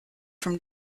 from